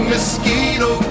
mosquito